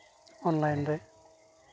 online ᱨᱮ